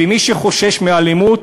ומי שחושש מאלימות,